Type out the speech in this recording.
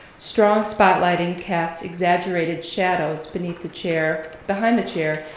strong spotlighting casts exaggerated shadows beneath the chair, behind the chair,